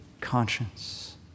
conscience